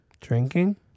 Drinking